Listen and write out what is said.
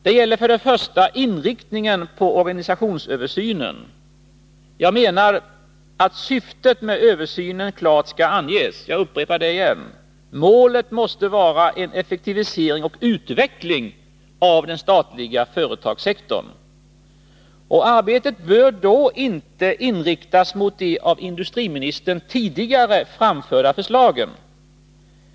Den första punkten gäller inriktningen på organisationsöversynen. Jag menar att syftet med översynen klart skall anges — jag upprepar det igen. Målet måste vara en effektivisering och utveckling av den statliga företagssektorn. Arbetet bör då inte inriktas mot de av industriministern tidigare framförda förslagen.